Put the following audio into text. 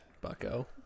Bucko